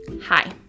Hi